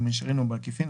במישרין או בעקיפין,